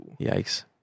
Yikes